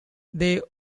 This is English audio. they